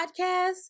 Podcast